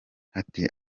ati